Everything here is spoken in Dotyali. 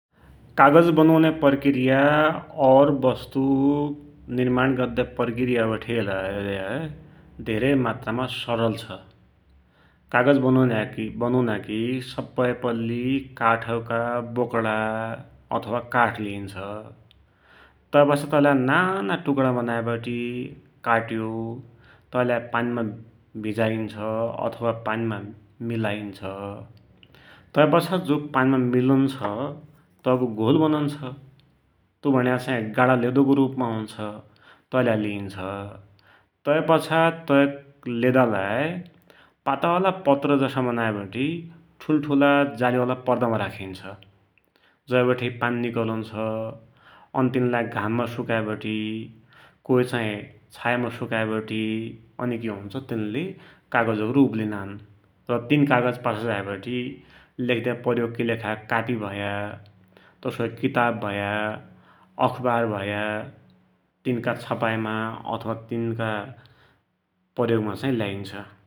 कागज बनुन्या प्रक्रिया और वस्तु निर्माण गद्या प्रक्रिया वठेहैलै धेरै मात्रामा सरल छ । कागज बनुनाकी सबहै पैल्ली काठका बोक्रा अथवा काठ लिइन्छ । तै पाछा तै लाइ नाना टुक्रा बनाइबटी काट्यो, तैलाई पानीमा भिजाइन्छ, अथवा पानीमा मिलाइन्छ । तै पाछा जो पानीमा मिलुन्छ तैको घोल बनुन्छ । तु भुण्या चाही गाडा लेदोको रुपमा हुन्छ, तैलाइ लिइन्छ तैपाछा तै लेदालाई पातला पत्रजसा बनाइबटि ठुलठुला जालीवाला पर्दामा राखिन्छ । जै बठे पानी निकलुन्छ, अनि तिनलाई घाममा सुकाइबटी कोइ चाही, छायामा सुकाइबटी अनि कि हुन्छ तिनले कागजको रुप लिनान् । त तिन कागज पाछा झाइबटी लेख्द्या प्रयोगकी लेखा कापी भया, तसोइ किताव भया, अखवार भया, तिनका छपाइमा अथवा तिनका प्रयोगमा ल्याइन्छ ।